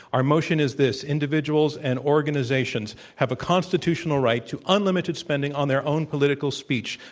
our motion is this individuals and organizations have a constitutional right to unlimited spending on their own political speech.